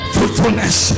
Fruitfulness